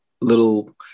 little